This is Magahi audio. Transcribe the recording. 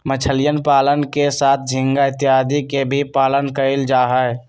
मछलीयन पालन के साथ झींगा इत्यादि के भी पालन कइल जाहई